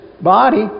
body